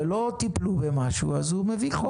ואם לא טיפלו במשהו, אז הוא מביא חוק.